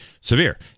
severe